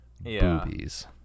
Boobies